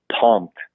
pumped